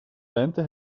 lente